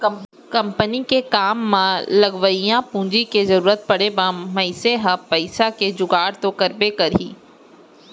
company के काम म लगवइया पूंजी के जरूरत परे म मनसे ह पइसा के जुगाड़ तो करबे करही